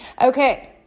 okay